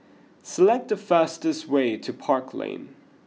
select the fastest way to Park Lane